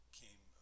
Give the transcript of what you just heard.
came